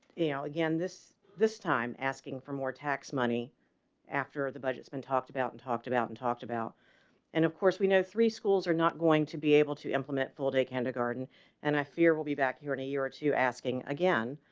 ah again this this time, asking for more tax money after the budget has been talked about and talked about and talked about and of course, we know three schools are not going to be able to implement full day kindergarten and i fear, will be back here in a year or two asking again.